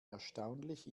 erstaunlich